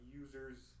users